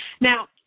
Now